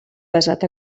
basat